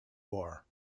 war